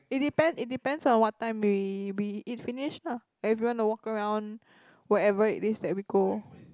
it depends it depends on what time we we eat finish lah like you if want to walk around wherever it is that we go